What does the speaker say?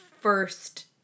first